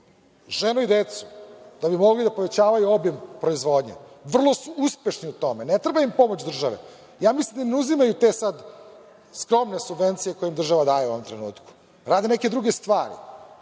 ženu i decu, da bi mogli da povećavaju obim proizvodnje. Vrlo su uspešni u tome, ne treba im pomoć države. Ja mislim da im ne uzimaju te sad skromne subvencije koje im država daje u ovom trenutku da rade neke druge stvari